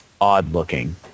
odd-looking